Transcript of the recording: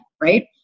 right